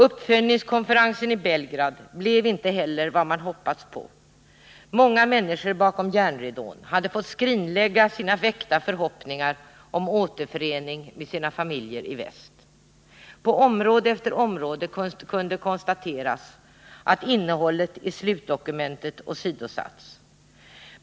Uppföljningskonferensen i Belgrad blev inte heller vad man hoppats på. Många människor bakom järnridån hade fått skrinlägga sina väckta förhoppningar om återförening med sina familjer i väst. På område efter område kunde konstateras att innehållet i slutdokumentet hade åsidosatts.